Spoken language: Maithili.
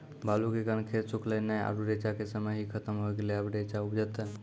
बालू के कारण खेत सुखले नेय आरु रेचा के समय ही खत्म होय गेलै, अबे रेचा उपजते?